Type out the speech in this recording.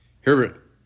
Herbert